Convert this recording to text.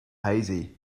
hazy